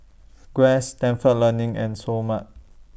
Guess Stalford Learning and Seoul Mart